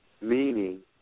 Meaning